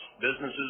businesses